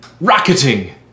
rocketing